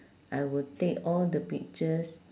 I will take all the pictures